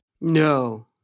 No